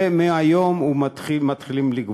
ומהיום מתחילים לגבות.